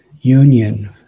union